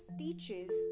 teaches